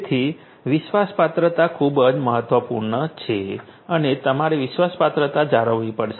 તેથી વિશ્વાસપાત્રતા ખૂબ જ મહત્વપૂર્ણ છે અને તમારે વિશ્વાસપાત્રતા જાળવવી પડશે